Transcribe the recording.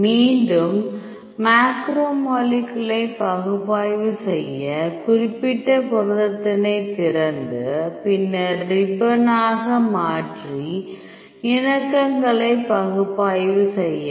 மீண்டும் மேக்ரோமாலிகுலை பகுப்பாய்வு செய்யச் குறிப்பிட்ட புரதத்திணை திறந்து பின்னர் ரிப்பனாக மாற்றி இணக்கங்களை பகுப்பாய்வு செய்யவும்